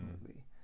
movie